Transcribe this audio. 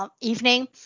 evening